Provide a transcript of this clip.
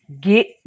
get